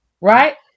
right